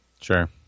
Sure